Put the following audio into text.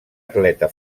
atleta